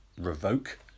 revoke